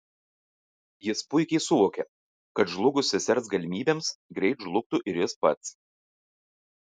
jis puikiai suvokė kad žlugus sesers galimybėms greit žlugtų ir jis pats